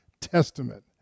testament